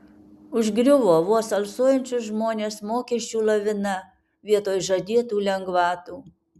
užgriuvo vos alsuojančius žmones mokesčių lavina vietoj žadėtų lengvatų